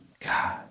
God